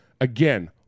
again